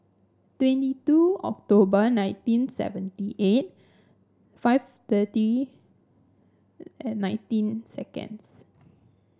twenty two October nineteen seventy eight five thirty and nineteen seconds